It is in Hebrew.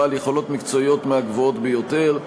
בעל יכולות מקצועיות מהגבוהות ביותר,